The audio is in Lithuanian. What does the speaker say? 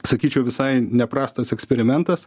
sakyčiau visai neprastas eksperimentas